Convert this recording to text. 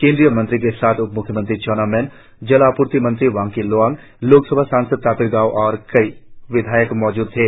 केंद्रीय मंत्री के साथ उप म्ख्यमंत्री चाउना मैन जल आपूर्ति मंत्री वांग्की लोवांग लोकसभा सासंद तापिर गांव और कई विधायक मौजूद थे